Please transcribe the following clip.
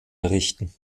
errichten